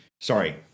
sorry